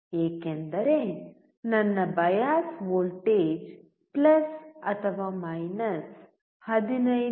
ಏಕೆಂದರೆ ನನ್ನ bias voltage 15ವಿ